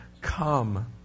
Come